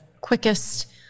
quickest